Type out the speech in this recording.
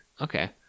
okay